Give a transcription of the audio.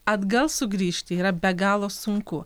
atgal sugrįžti yra be galo sunku